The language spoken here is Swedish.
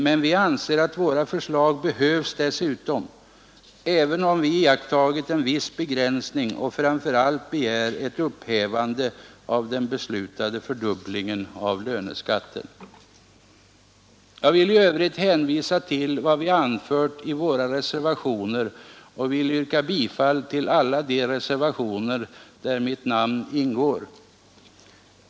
Men vi anser att våra förslag behövs dessutom, även om vi iakttagit en viss begränsning och framför allt begär ett upphävande av den beslutade fördubblingen av löneskatten. Jag vill i övrigt hänvisa till vad vi anfört i våra reservationer och yrkar bifall till alla de reservationer där mitt namn ingår.